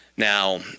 Now